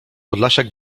podlasiak